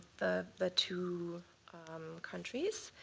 the the two countries.